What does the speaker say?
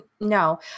no